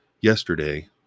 yesterday